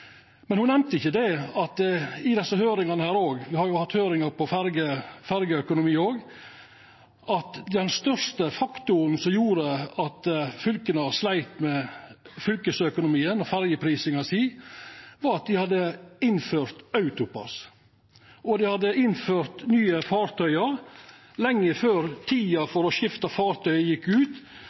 Men ho nemnde ikkje at det i høyringane – me har jo hatt høyringar om ferjeøkonomi òg – òg kom fram at den største faktoren med omsyn til at fylka sleit med fylkesøkonomien og ferjeprisinga si, var at dei hadde innført AutoPASS, og dei hadde innført nye fartøy lenge før tida for å skifta fartøy gjekk ut,